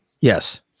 Yes